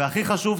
והכי חשוב,